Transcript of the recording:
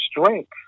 strength